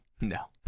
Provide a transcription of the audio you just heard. No